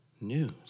news